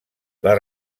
les